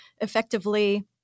effectively